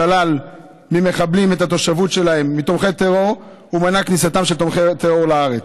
שלל ממחבלים את התושבות שלהם ומנע את כניסתם של תומכי טרור לארץ.